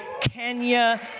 Kenya